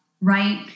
right